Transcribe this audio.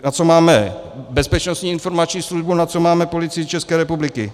Na co máme Bezpečnostní informační službu, na co máme Policii České republiky?